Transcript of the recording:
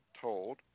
told